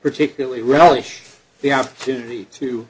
particularly relish the opportunity to